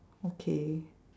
okay